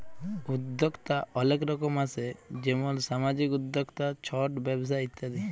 উদ্যক্তা অলেক রকম আসে যেমল সামাজিক উদ্যক্তা, ছট ব্যবসা ইত্যাদি